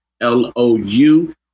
L-O-U